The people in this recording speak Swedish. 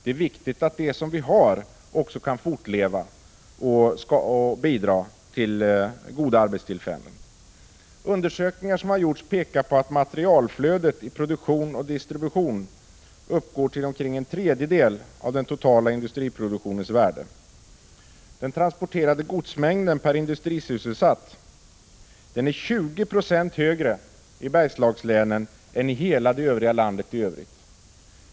Det är viktigt att den verksamhet vi har kan fortleva och bidra till en god tillgång på arbetstillfällen. Undersökningar som har gjorts visar att materialflödet inom produktion och distribution motsvarar omkring en tredjedel av den totala industriproduktionens värde. I Bergslagslänen är den transporterade godsmängden per industrisysselsatt 20 20 större än i landet i övrigt.